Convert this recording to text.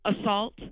assault